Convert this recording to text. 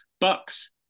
Bucks